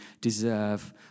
deserve